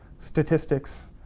statistics,